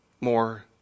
more